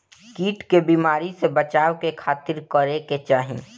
कीट के बीमारी से बचाव के खातिर का करे के चाही?